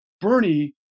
Bernie